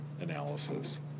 analysis